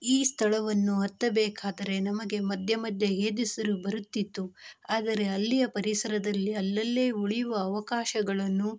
ಈ ಸ್ಥಳವನ್ನು ಹತ್ತಬೇಕಾದರೆ ನಮಗೆ ಮಧ್ಯ ಮಧ್ಯ ಏದುಸಿರು ಬರುತ್ತಿತ್ತು ಆದರೆ ಅಲ್ಲಿಯ ಪರಿಸರದಲ್ಲಿ ಅಲ್ಲಲ್ಲೇ ಉಳಿಯುವ ಅವಕಾಶಗಳನ್ನು